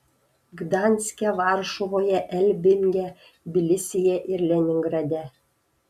gdanske varšuvoje elbinge tbilisyje ir leningrade